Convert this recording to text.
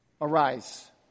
Arise